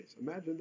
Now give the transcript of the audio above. Imagine